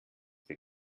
für